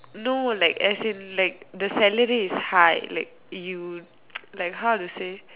no like as in like the salary is high like you like how to say